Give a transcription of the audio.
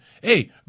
hey